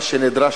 מה שנדרש,